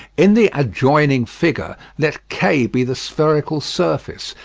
in the adjoining figure let k be the spherical surface,